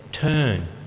turn